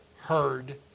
heard